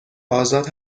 آزاد